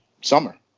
summer